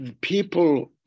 people